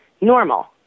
normal